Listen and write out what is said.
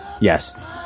Yes